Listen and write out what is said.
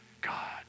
God